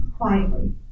quietly